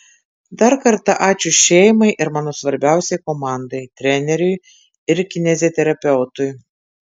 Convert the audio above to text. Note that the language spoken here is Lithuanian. dar kartą ačiū šeimai ir mano svarbiausiai komandai treneriui ir kineziterapeutui